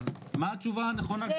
מה התשובה הנכונה,